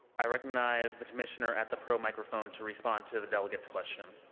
i recognize the commissioner at the pro microphone to respond to the delegate's question.